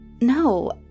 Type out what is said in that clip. No